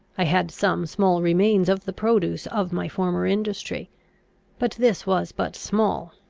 i had some small remains of the produce of my former industry but this was but small,